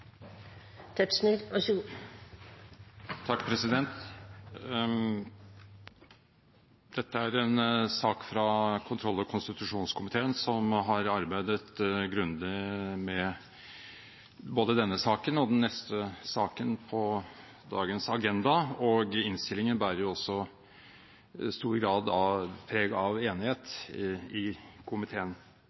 konstitusjonskomiteen, som har arbeidet grundig med både denne saken og den neste saken på dagens agenda, og innstillingen bærer også i stor grad preg av enighet i komiteen.